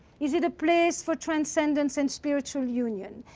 is it a place for transcendence and spiritual union?